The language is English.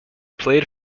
played